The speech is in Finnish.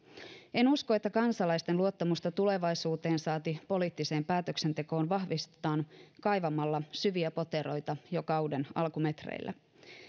en usko että kansalaisten luottamusta tulevaisuuteen saati poliittiseen päätöksentekoon vahvistetaan kaivamalla syviä poteroita jo kauden alkumetreillä